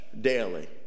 daily